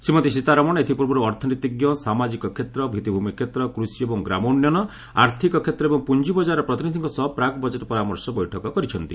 ଶ୍ରୀମତ୍ରୀ ସୀତାରମଣ ଏଥିପୂର୍ବରୁ ଅର୍ଥନୀତିଜ୍ଞ ସାମାଜିକ କ୍ଷେତ୍ର ଭିତ୍ତିଭୂମି କ୍ଷେତ୍ର କୃଷି ଏବଂ ଗ୍ରାମ ଉନ୍ନୟନ ଆର୍ଥିକ କ୍ଷେତ୍ର ଏବଂ ପୁଞ୍ଜି ବଜାରର ପ୍ରତିନିଧିଙ୍କ ସହ ପ୍ରାକ୍ ବଜେଟ୍ ପରାମର୍ଶ ବୈଠକ କରିଛନ୍ତି